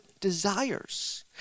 desires